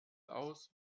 aus